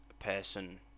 person